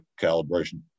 calibration